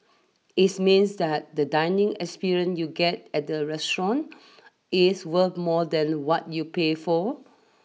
is means that the dining experience you get at the restaurant is worth more than what you pay for